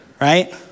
right